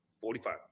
forty-five